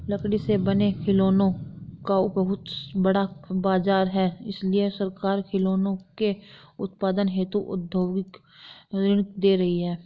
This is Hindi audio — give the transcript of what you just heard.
लकड़ी से बने खिलौनों का बहुत बड़ा बाजार है इसलिए सरकार खिलौनों के उत्पादन हेतु औद्योगिक ऋण दे रही है